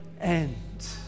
end